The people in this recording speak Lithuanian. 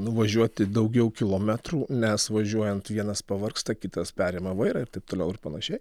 nuvažiuoti daugiau kilometrų nes važiuojant vienas pavargsta kitas perima vairą ir taip toliau ir panašiai